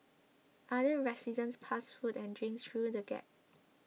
other residents passed food and drinks through the gap